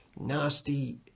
nasty